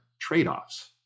trade-offs